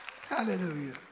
Hallelujah